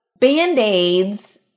band-aids